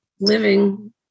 living